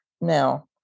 Now